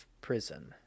prison